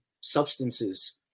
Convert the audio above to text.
substances